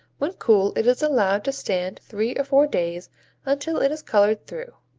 when cool it is allowed to stand three or four days until it is colored through.